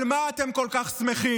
על מה אתם כל כך שמחים,